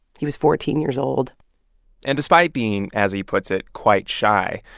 he was fourteen years old and despite being, as he puts it, quite shy,